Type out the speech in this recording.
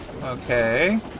okay